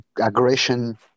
aggression